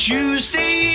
Tuesday